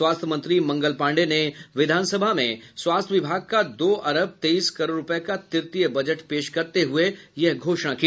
स्वास्थ्य मंत्री मंगल पाण्डेय ने विधान सभा में स्वास्थ्य विभाग का दो अरब तेईस करोड़ रूपये का तृतीय बजट पेश करते हुये यह घोषणा की